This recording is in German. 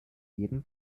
jeden